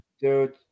dude